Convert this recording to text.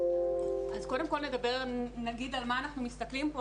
קודם כל נגיד על מה אנחנו מסתכלים פה.